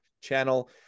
channel